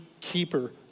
keeper